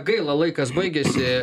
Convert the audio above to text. gaila laikas baigėsi